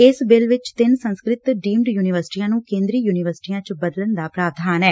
ਇਸ ਬਿੱਲ ਚ ਤਿੰਨ ਸੰਸਕਿਤ ਡੀਮਡ ਯੁਨੀਵਰਸਿਟੀਆਂ ਨੂੰ ਕੇਂਦਰੀ ਯੁਨੀਵਰਸਿਟੀਆਂ ਚ ਬਦਲਣ ਦਾ ਪ੍ਰਾਵਧਾਨ ਐ